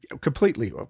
completely